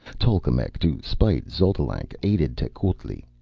tolkemec, to spite xotalanc, aided tecuhltli.